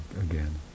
again